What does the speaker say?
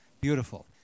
Beautiful